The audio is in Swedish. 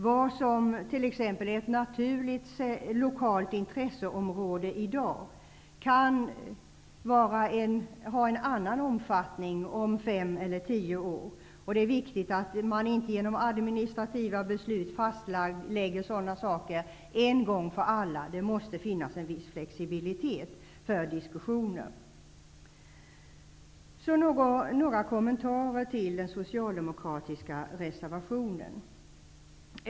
Vad som i dag är ett naturligt lokalt intresseområde kan ha en annan omfattning om fem eller tio år, och det är viktigt att man inte genom administrativa beslut fastlägger sådana saker en gång för alla. Det måste finnas en viss flexibilitet för diskussioner. Så några kommentarer till den socialdemokratiska reservationen.